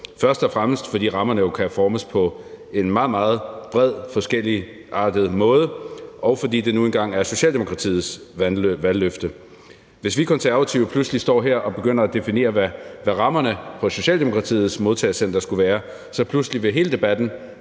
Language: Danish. først og fremmest fordi rammerne jo kan formes på en meget, meget bred forskelligartet måde, og fordi det nu engang er Socialdemokratiets valgløfte. Hvis vi Konservative pludselig står her og begynder at definere, hvad rammerne for Socialdemokratiets modtagecenter skulle være, så vil hele debatten